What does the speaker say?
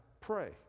pray